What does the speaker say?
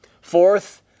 Fourth